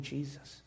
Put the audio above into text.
Jesus